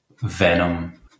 Venom